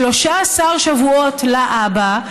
13 שבועות לאבא,